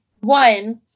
One